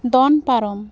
ᱫᱚᱱ ᱯᱟᱨᱚᱢ